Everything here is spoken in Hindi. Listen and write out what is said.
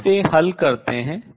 हम इसे हल करते हैं